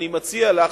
אני מציע לך,